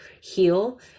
heal